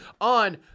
on